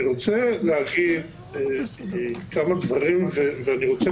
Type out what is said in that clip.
אני רוצה להגיד כמה דברים ואני רוצה